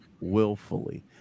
willfully